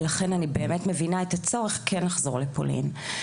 לכן אני באמת מבינה את הצורך כן לחזור לפולין.